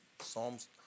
Psalms